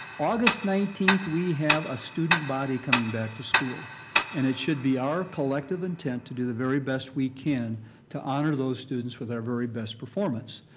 august nineteenth we have a student body coming back to school and it should be our collective intent to do the very best we can to honor those students with our very best performance.